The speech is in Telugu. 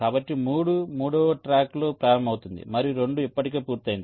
కాబట్టి 3 మూడవ ట్రాక్లో ప్రారంభమవుతుంది మరియు 2 ఇప్పటికే పూర్తయింది